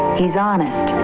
he's honest,